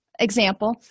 Example